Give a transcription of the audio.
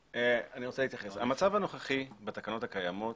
המצב הנוכחי בתקנות הקיימות